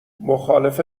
مخالف